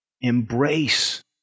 Embrace